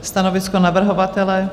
Stanovisko navrhovatele?